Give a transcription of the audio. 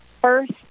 first